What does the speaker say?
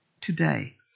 today